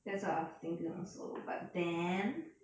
that's what I was thinking also but then